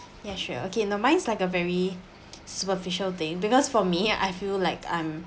ya sure okay no mine's like a very superficial thing because for me I feel like I'm